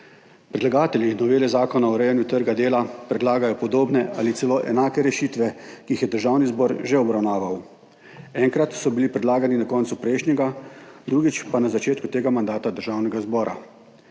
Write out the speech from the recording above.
Predlagatelji novele Zakona o urejanju trga dela predlagajo podobne ali celo enake rešitve, ki jih je Državni zbor že obravnaval. Enkrat so bili predlagani na koncu prejšnjega, drugič pa na začetku tega mandata Državnega zbora.